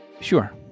Sure